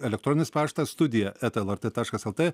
elektronis paštas studija eta lrt taškas lt